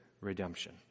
redemption